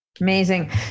Amazing